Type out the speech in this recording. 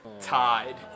tied